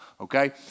okay